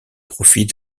profit